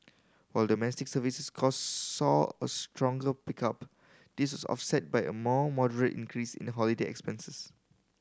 while domestic services cost saw a stronger pickup this is offset by a more moderate increase in the holiday expenses